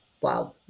Wow